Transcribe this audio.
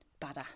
badass